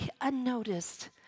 unnoticed